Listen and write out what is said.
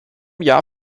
jahr